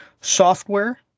software